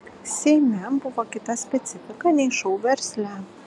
seime buvo kita specifika nei šou versle